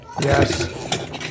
Yes